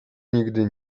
nigdy